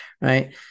right